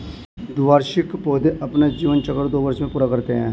द्विवार्षिक पौधे अपना जीवन चक्र दो वर्ष में पूरा करते है